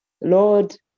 Lord